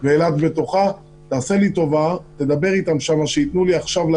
בתמוז התש"ף,